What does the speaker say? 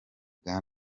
bwa